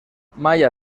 maya